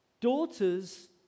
Daughters